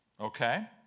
Okay